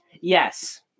yes